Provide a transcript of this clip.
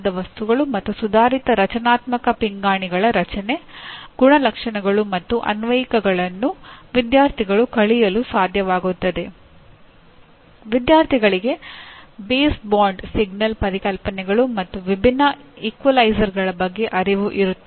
ನೀವು ಈ ಪಠ್ಯಕ್ರಮವನ್ನು ನೋಡಿದಾಗ ಕೆಲವು ವಿಷಯಗಳು ನಿಮಗೆ ಲಭ್ಯವಾಗುತ್ತವೆ ಅದು ನಿಮಗೆ ಅನ್ವೇಷಿಸಬಹುದಾದಂತಹ ಇಂಟರ್ನೆಟ್ ಲಿಂಕ್ಗಳನ್ನು ನೀಡುತ್ತದೆ